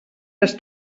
les